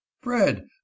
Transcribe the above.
fred